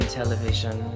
television